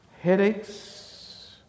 Headaches